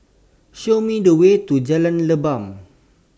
Show Me The Way to Jalan Leban